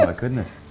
ah goodness.